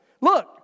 Look